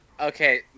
Okay